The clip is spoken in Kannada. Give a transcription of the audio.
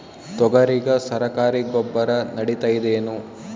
ತೊಗರಿಗ ಸರಕಾರಿ ಗೊಬ್ಬರ ನಡಿತೈದೇನು?